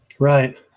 Right